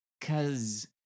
cause